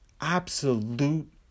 absolute